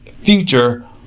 future